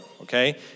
okay